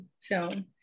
film